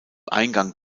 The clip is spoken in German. eingang